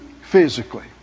physically